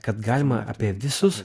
kad galima apie visus